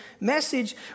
message